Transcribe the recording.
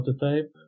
prototype